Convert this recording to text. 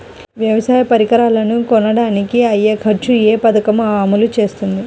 వ్యవసాయ పరికరాలను కొనడానికి అయ్యే ఖర్చు ఏ పదకము అమలు చేస్తుంది?